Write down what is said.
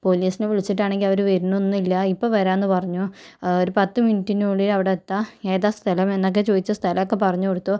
പോലീസിനെ വിളിച്ചിട്ടാണെങ്കില് അവര് വരുന്നൊന്നും ഇല്ല ഇപ്പം വരാന്ന് പറഞ്ഞു ഒരു പത്തു മിനുറ്റിനുള്ളില് അവിടെ എത്താം ഏതാ സ്ഥലം എന്നൊക്കെ ചോദിച്ചു സ്ഥലമൊക്കെ പറഞ്ഞു കൊടുത്തു